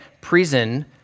prison